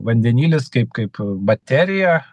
vandenilis kaip kaip baterija